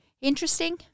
interesting